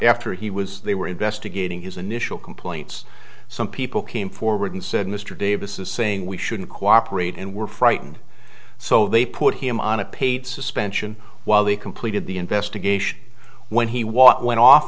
after he was they were investigating his initial complaints some people came forward and said mr davis is saying we shouldn't cooperate and were frightened so they put him on a paid suspension while he completed the investigation when he was went off